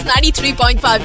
93.5